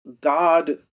God